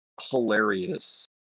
hilarious